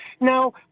Now